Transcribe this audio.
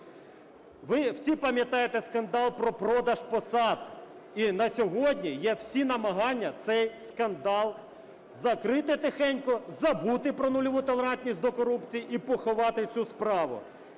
Ви всі пам'ятаєте скандал про продаж посад. І на сьогодні є всі намагання цей скандал закрити тихенько, забути про нульову толерантність до корупції і поховати цю справу.